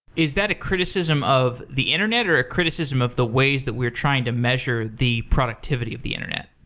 is that a criticism of the internet, or a criticism of the ways that we're trying to measure the productivity of the internet?